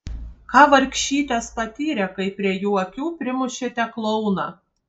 ką vargšytės patyrė kai prie jų akių primušėte klouną